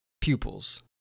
pupils